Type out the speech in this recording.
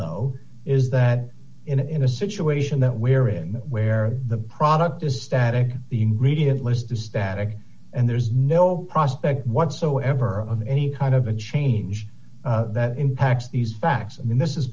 though is that in the situation that we're in where the product is static the ingredient list is static and there's no prospect whatsoever of any kind of a change that impacts these facts i mean this is